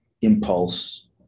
impulse